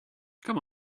come